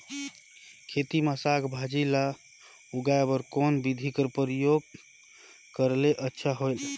खेती मे साक भाजी ल उगाय बर कोन बिधी कर प्रयोग करले अच्छा होयल?